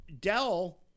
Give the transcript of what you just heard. Dell